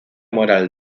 moral